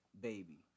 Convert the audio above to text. baby